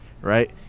right